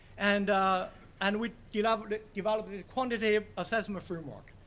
and and we you know developed this quantitative assessment framework.